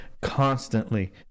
constantly